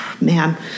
man